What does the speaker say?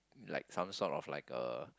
like some sort of like a